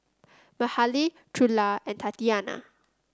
Mahalie Trula and Tatiana